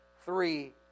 three